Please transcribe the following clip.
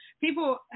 people